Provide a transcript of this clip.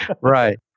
Right